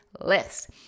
List